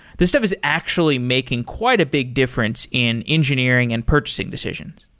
this stuff is actually making quite a big different in engineering and purchasing decisions.